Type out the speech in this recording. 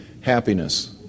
happiness